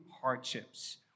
hardships